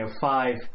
five